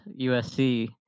USC